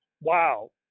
Wow